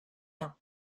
ans